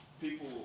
people